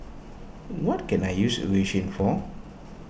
what can I use Eucerin for